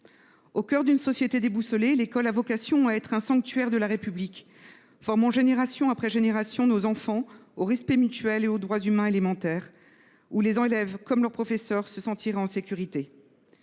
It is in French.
Au cœur d’une société déboussolée, l’école a vocation à être un sanctuaire de la République, formant génération après génération nos enfants au respect mutuel et aux droits humains élémentaires, où les élèves comme leurs professeurs se sentiraient en sécurité.